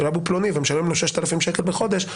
אבו פלוני ומשלם לו 6,000 שקלים בחודש,